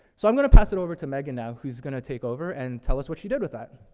so i'm gonna pass it over to megan now, who's gonna take over and tell us what she did with that.